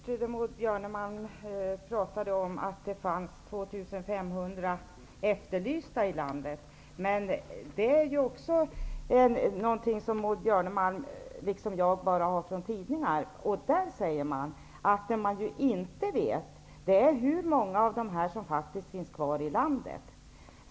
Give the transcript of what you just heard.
Herr talman! Maud Björnemalm nämnde att det finns 2 500 efterlysta personer i landet. Detta är en uppgift som Maud Björnemalm, liksom jag, har fått via tidningar. I tidningarna uppges att det man inte vet är hur många av de efterlysta som faktiskt finns kvar i landet.